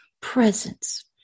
presence